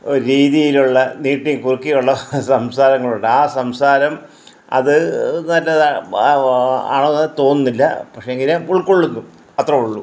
രീതിയിലുള്ള നീട്ടിപ്പെറുക്കിയുള്ള സംസാരങ്ങളുണ്ട് ആ സംസാരം അത് നല്ലതാണ് ആണെന്ന് തോന്നുന്നില്ല പക്ഷേങ്കിൽ ഉൾകൊള്ളുന്നു അത്രെയുള്ളു